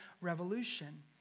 revolution